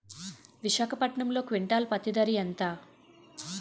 విశాఖపట్నంలో క్వింటాల్ పత్తి ధర ఎంత?